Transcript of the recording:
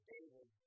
David